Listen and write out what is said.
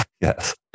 yes